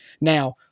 Now